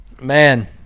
man